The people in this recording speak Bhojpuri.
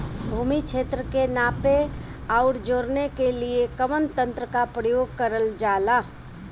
भूमि क्षेत्र के नापे आउर जोड़ने के लिए कवन तंत्र का प्रयोग करल जा ला?